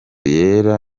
yera